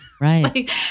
Right